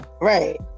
Right